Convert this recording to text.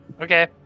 Okay